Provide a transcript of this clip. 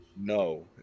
No